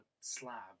slab